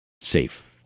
safe